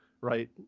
right